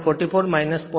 44 0